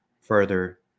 further